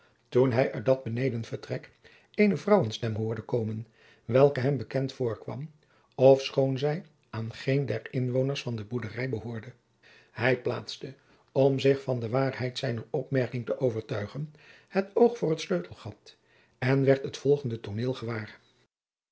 toen hij uit dat benedenvertrek eene vrouwenstem hoorde komen welke hem bekend voorkwam ofschoon zij aan geen der inwoners van de boerderij behoorde hij plaatjacob van lennep de pleegzoon ste om zich van de waarheid zijner opmerking te overtuigen het oog voor het sleutelgat en werd het volgende tooneel gewaar